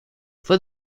fue